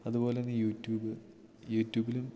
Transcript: അതുപോലെതന്നെ യൂട്യൂബ് യൂട്യൂബിലും